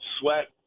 Sweat